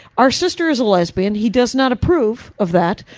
our sister is a lesbian, he does not approve of that.